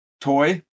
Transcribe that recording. toy